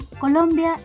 Colombia